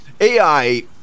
AI